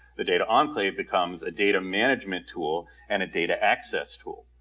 the data enclave becomes a data management tool and a data access tool.